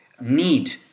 need